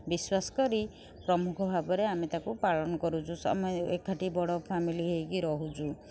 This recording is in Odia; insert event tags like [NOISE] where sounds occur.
ବିଶ୍ୱାସ କରି ପ୍ରମୁଖ ଭାବରେ ଆମେ ତାକୁ ପାଳନ କରୁଛୁ [UNINTELLIGIBLE] ଏକାଠି ବଡ଼ ଫ୍ୟାମିଲି ହୋଇକି ରହୁଛୁ